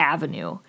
Avenue